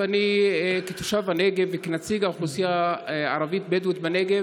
כתושב הנגב וכנציג האוכלוסייה הערבית הבדואית בנגב,